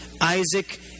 Isaac